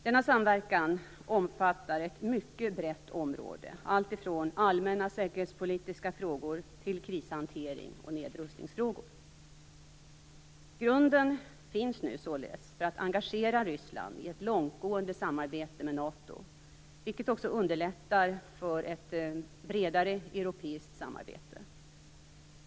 Denna samverkan omfattar ett mycket brett område, alltifrån allmänna säkerhetspolitiska frågor till krishantering och nedrustningsfrågor. Grunden finns nu således för att engagera Ryssland i ett långtgående samarbete med NATO, vilket också underlättar för ett bredare europeiskt samarbete.